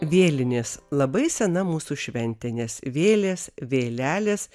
vėlinės labai sena mūsų šventė nes vėlės vėlelės